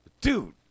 Dude